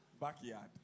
Backyard